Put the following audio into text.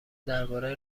درباره